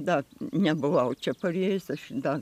dar nebuvau čia parėjus aš dar